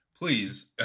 please